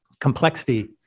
complexity